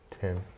Ten